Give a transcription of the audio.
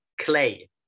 clay